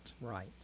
Right